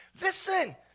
Listen